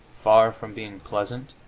far from being pleasant,